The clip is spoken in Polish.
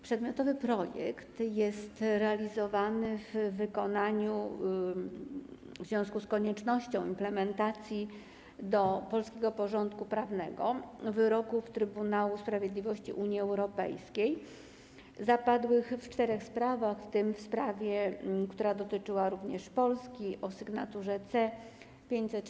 Przedmiotowy projekt jest realizowany w związku z koniecznością implementacji do polskiego porządku prawnego wyroków Trybunału Sprawiedliwości Unii Europejskiej zapadłych w czterech sprawach, w tym w sprawie, która dotyczyła również Polski, o sygn. C-545/17.